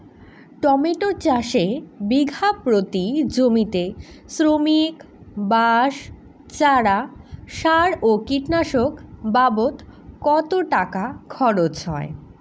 Tomato চাষে বিঘা প্রতি জমিতে শ্রমিক, বাঁশ, চারা, সার ও কীটনাশক বাবদ কত টাকা খরচ হয়?